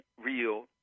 real